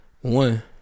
One